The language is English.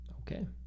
Okay